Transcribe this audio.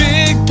Big